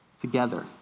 together